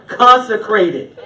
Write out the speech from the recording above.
consecrated